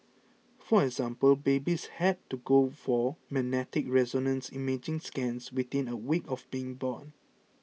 for example babies had to go for magnetic resonance imaging scans within a week of being born